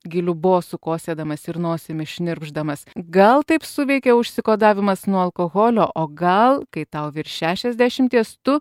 giliu bosu kosėdamas ir nosimi šnirpšdamas gal taip suveikė užsikodavimas nuo alkoholio o gal kai tau virš šešiasdešimties tu